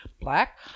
Black